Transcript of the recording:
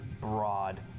broad